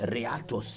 Reato